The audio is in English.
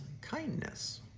kindness